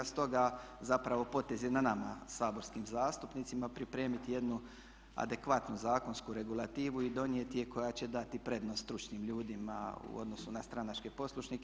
Stoga zapravo potez je na nama, saborskim zastupnicima, pripremiti jednu adekvatnu zakonsku regulativu i donijeti je, koja će dati prednost stručnim ljudima u odnosu na stranačke poslušnike.